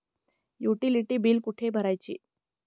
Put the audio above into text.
Utility बिले कुठे भरायची?